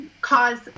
cause